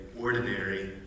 ordinary